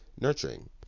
nurturing